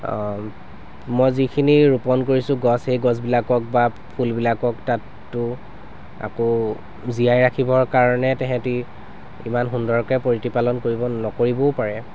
মই যিখিনি ৰোপণ কৰিছোঁ গছ সেই গছবিলাকক বা ফুলবিলাকক তাততো আকৌ জীয়াই ৰাখিবৰ কাৰণে তাহাঁতি ইমান সুন্দৰকৈ প্ৰতিপালন কৰিব নকৰিবও পাৰে